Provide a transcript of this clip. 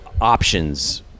options